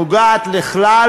נוגעת בכלל